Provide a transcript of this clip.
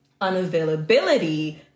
unavailability